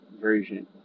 version